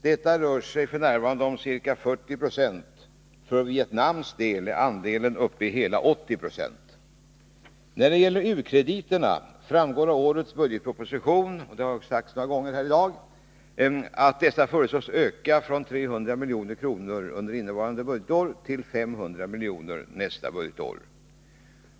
Det rör sig f. n. om ca 40 96. För Vietnams del är andelen uppe i hela 80 20. När det gäller u-krediterna framgår av årets budgetproposition — det har sagts flera gånger här i dag — att dessa föreslås ökas från 300 milj.kr. under innevarande budgetår till 500 milj.kr. nästa budgetår.